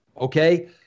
Okay